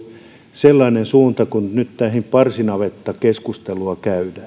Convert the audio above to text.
sellainen suunta kun nyt tätä parsinavettakeskustelua käydään